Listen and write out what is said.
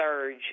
surge